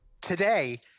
today